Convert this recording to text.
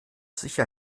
sicher